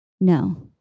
No